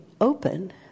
open